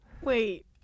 Wait